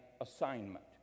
assignment